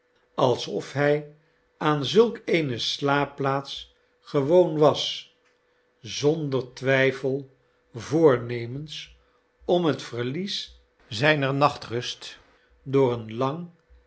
alsof hij aan zulk eene slaapplaats gewoon was zonder twijfel voornemens om het verlies zijner nachtrust door een lang